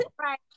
Right